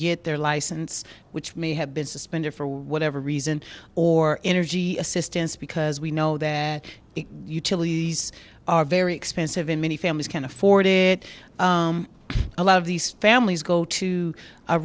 get their license which may have been suspended for whatever reason or energy assistance because we know that utilities are very expensive in many families can't afford it a lot of these families go to